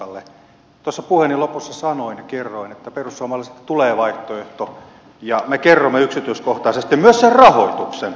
tuossa puheeni lopussa sanoin kerroin että perussuomalaisilta tulee vaihtoehto ja me kerromme yksityiskohtaisesti myös sen rahoituksen